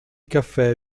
caffè